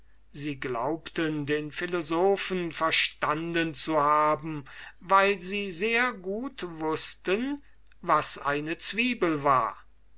sie glaubten den philosophen verstanden zu haben weil sie sehr gut wußten was eine zwiebel war